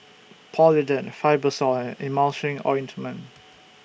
Polident Fibrosol and Emulsying Ointment